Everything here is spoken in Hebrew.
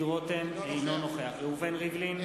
אינו נוכח ראובן ריבלין,